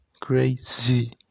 crazy